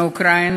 מאוקראינה,